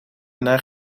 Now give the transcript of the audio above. naar